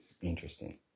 interesting